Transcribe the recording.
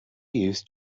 use